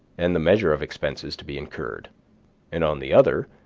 and the measure of expenses to be incurred and on the other,